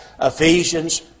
Ephesians